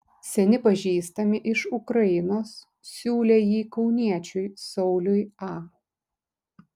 seni pažįstami iš ukrainos siūlė jį kauniečiui sauliui a